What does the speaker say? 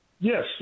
yes